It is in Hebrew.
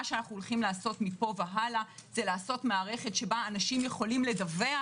מה שאנו נעשה מפה והלכה מערכת שבה אנשים יכולים לדווח,